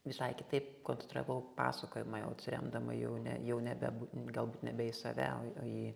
visai kitaip konstravau pasakojimą jau atsiremdama jau ne jau nebebu galbūt nebe į save o o į